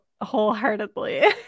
wholeheartedly